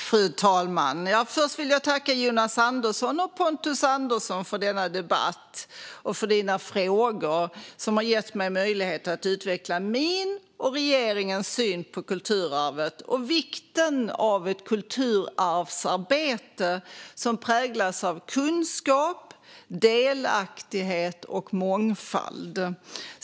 Fru talman! Först vill jag tacka Jonas Andersson och Pontus Andersson för denna debatt och för frågorna, som har gett mig möjlighet att utveckla min och regeringens syn på kulturarvet och vikten av ett kulturarvsarbete som präglas av kunskap, delaktighet och mångfald.